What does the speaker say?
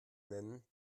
nennen